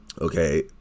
okay